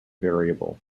variable